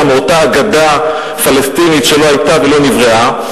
מאותה אגדה פלסטינית שלא היתה ולא נבראה,